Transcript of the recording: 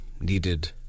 needed